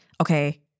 okay